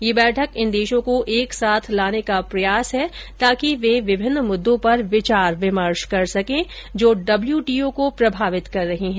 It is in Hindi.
यह बैठक इन देशों को एक साथ लाने का प्रयास है ताकि वे विभिन्न मुद्दों पर विचार विमर्श कर सके जो डब्ल्यूटीओ को प्रभावित कर रही है